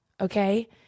Okay